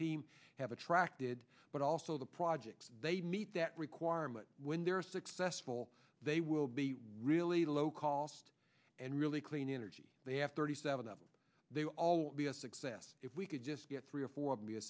team have attracted but also the projects they meet that requirement when they are successful they will be really low cost and really clean energy they have thirty seven m they all be a success if we could just get three or four